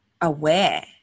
aware